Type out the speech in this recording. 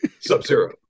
Sub-Zero